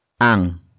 ang